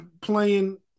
playing